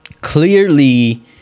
clearly